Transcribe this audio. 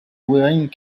wearing